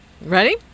ready